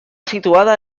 situada